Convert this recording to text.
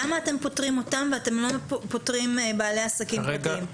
למה אתם פוטרים אותם ואתם לא פוטרים בעלי עסקים פרטיים?